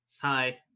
hi